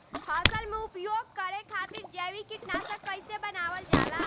फसल में उपयोग करे खातिर जैविक कीटनाशक कइसे बनावल जाला?